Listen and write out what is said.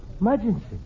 Emergency